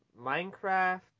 Minecraft